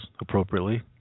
appropriately